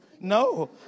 No